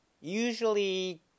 usually